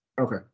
Okay